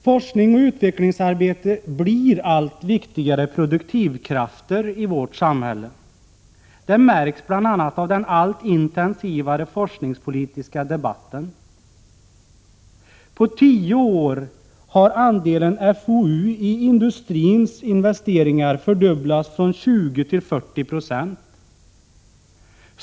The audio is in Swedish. Forskning och utvecklingsarbete blir allt viktigare produktivkrafter i vårt samhälle. Det märks bl.a. av den allt intensivare forskningspolitiska debatten. På tio år har andelen fou i industrins investeringar fördubblats, från 20 till 40 26.